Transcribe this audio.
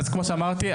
כמו שאמרתי,